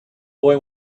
boy